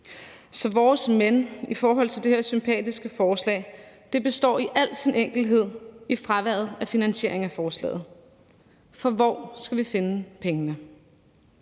Så vores »men« i forhold til det her sympatiske forslag består i al sin enkelhed i fraværet af finansiering af forslaget, for hvor skal vi finde pengene?